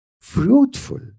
fruitful